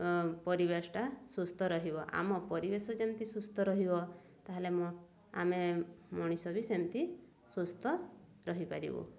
ଆମ ପରିବେଶଟା ସୁସ୍ଥ ରହିବ ଆମ ପରିବେଶ ଯେମିତି ସୁସ୍ଥ ରହିବ ତା'ହେଲେ ଆମ ଆମେ ମଣିଷ ବି ସେମିତି ସୁସ୍ଥ ରହିପାରିବୁ